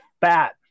fat